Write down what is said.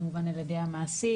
כמובן ע"י המעסיק,